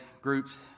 groups